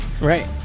Right